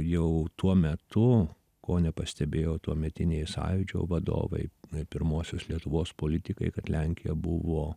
jau tuo metu ko nepastebėjo tuometiniai sąjūdžio vadovai pirmosios lietuvos politikai kad lenkija buvo